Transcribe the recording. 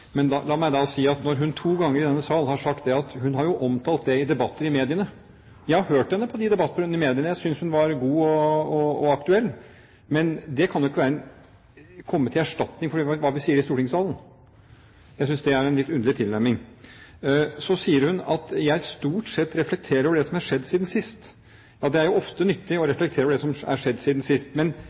har hørt henne i de debattrundene i mediene, jeg synes hun var god og aktuell, men det kan jo ikke komme til erstatning for hva vi sier i stortingssalen. Jeg synes det er en litt underlig tilnærming. Så sier hun at jeg stort sett reflekterer over det som er skjedd «siden sist». Ja, det er ofte nyttig å reflektere over det som er skjedd siden sist. Men